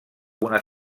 una